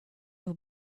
will